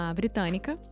britânica